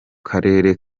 karere